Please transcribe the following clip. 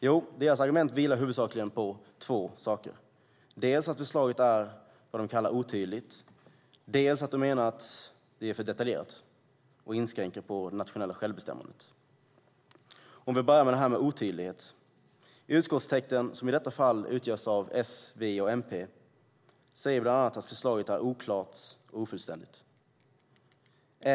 Jo, deras argument vilar huvudsakligen på två saker: dels att förslaget är vad de kallar otydligt, dels att de menar att det är för detaljerat och inskränker det nationella självbestämmandet. Låt mig börja med detta med otydlighet. Utskottstexten, som i detta fall härrör från S, V och MP, säger bland annat att förslaget är "oklart och ofullständigt".